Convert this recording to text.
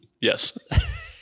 Yes